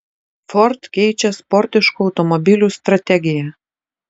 ford keičia sportiškų automobilių strategiją